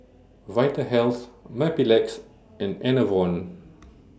Vitahealth Mepilex and Enervon